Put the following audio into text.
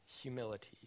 humility